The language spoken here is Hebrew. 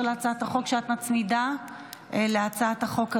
להצעת החוק שאת מצמידה להצעת החוק הזאת?